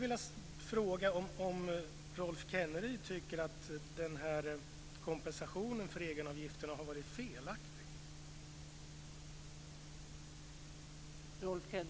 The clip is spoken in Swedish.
Tycker Rolf Kenneryd att kompensationen för egenavgifter har varit felaktig?